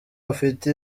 afite